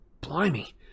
blimey